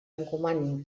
encomanin